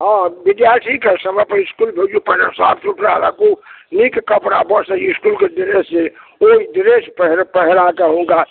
हँ विद्यार्थीके समयपर इसकुल भेजियौ पहिने साफ सुथड़ा राखू नीक कपड़ा वा इसकुलके ड्रेसे ओहि ड्रेसके पहिरा कऽ हुनका